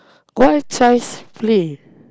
why Child's Play